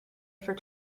for